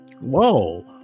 Whoa